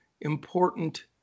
important